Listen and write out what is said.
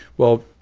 well,